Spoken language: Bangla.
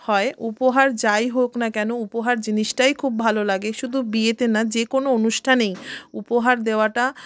হয় উপহার যাই হোক না কেন উপহার জিনিসটাই খুব ভালো লাগে শুধু বিয়েতে না যে কোনও অনুষ্ঠানেই উপহার দেওয়াটা